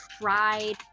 tried